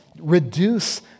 reduce